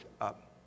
up